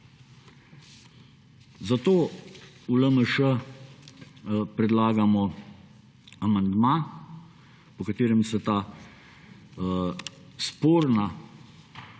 Zato v LMŠ predlagamo amandma, v katerem se ta sporna,